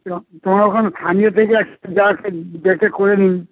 তো তোমার ওখান থেকে স্থানীয় দেখে একটা যাকে ডেকে করে নিন